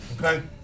Okay